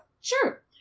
Sure